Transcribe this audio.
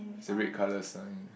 is a red colour sign